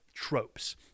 tropes